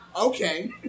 Okay